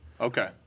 Okay